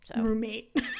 Roommate